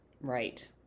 right